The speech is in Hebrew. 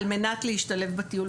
על מנת להשתלב בטיול.